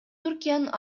түркиянын